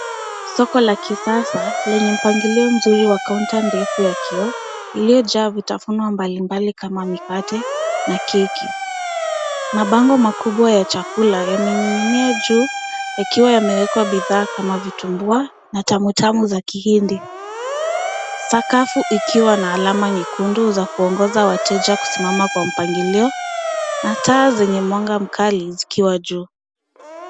Soko la kisasa lenye mpangilio mzuri wa kaunta ndefu ya kioo uliojaa vitafuno mbalimbali kama mikate na keki. Mabango makubwa ya chakula yamening'inia juu yakiwa yamewekwa bidhaa kama vitumbua na tamu tamu za kihindi. Sakafu ikiwa na alama nyekundu za kuongoza wateja kusimama kwa mpangilio na taa zenye mwanga mkali zikiwa juu.